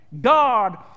God